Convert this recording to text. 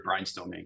brainstorming